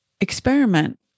experiment